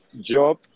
job